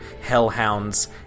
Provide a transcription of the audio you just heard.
Hellhounds